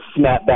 snapback